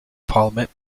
parliament